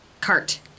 Cart